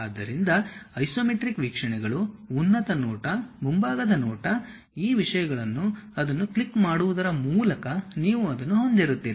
ಆದ್ದರಿಂದ ಐಸೊಮೆಟ್ರಿಕ್ ವೀಕ್ಷಣೆಗಳು ಉನ್ನತ ನೋಟ ಮುಂಭಾಗದ ನೋಟ ಈ ವಿಷಯಗಳನ್ನು ಅದನ್ನು ಕ್ಲಿಕ್ ಮಾಡುವುದರ ಮೂಲಕ ನೀವು ಅದನ್ನು ಹೊಂದಿರುತ್ತೀರಿ